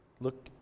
Look